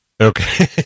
Okay